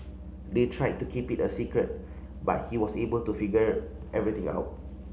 they tried to keep it a secret but he was able to figure everything out